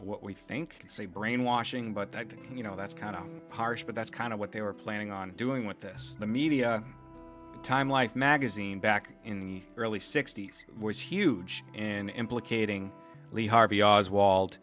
what we think say brainwashing but you know that's kind of harsh but that's kind of what they were planning on doing with this the media time life magazine back in the early sixty's was huge and implicating